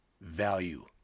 value